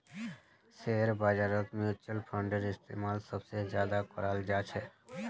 share बाजारत मुच्युल फंडेर इस्तेमाल सबसे ज्यादा कराल जा छे